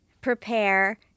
prepare